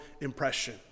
impression